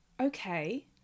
Okay